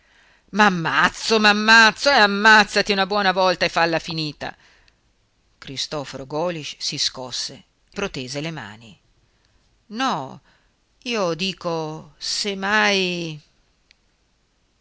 più m'ammazzo m'ammazzo e ammazzati una buona volta e falla finita cristoforo golisch si scosse protese le mani no io dico se mai